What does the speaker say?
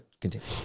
continue